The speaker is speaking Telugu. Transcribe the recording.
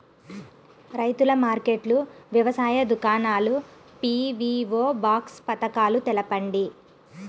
రైతుల మార్కెట్లు, వ్యవసాయ దుకాణాలు, పీ.వీ.ఓ బాక్స్ పథకాలు తెలుపండి?